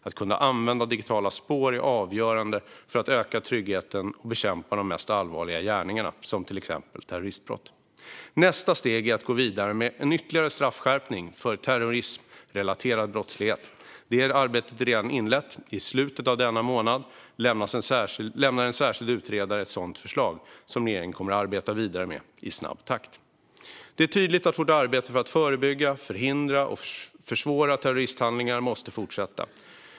Att kunna använda digitala spår är avgörande för att öka tryggheten och bekämpa de mest allvarliga gärningarna, till exempel terroristbrott. Nästa steg är att gå vidare med en ytterligare straffskärpning för terrorismrelaterad brottslighet. Det arbetet är redan inlett. I slutet av denna månad lämnar en särskild utredare ett sådant förslag som regeringen kommer att arbeta vidare med i snabb takt. Det är tydligt att vårt arbete för att förebygga, förhindra och försvåra terroristhandlingar måste fortsätta.